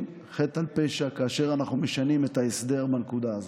חטא על פשע כאשר אנחנו משנים את ההסדר מהנקודה הזאת,